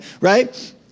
right